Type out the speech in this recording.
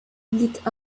lit